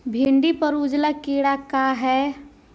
भिंडी पर उजला कीड़ा का है?